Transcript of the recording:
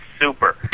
super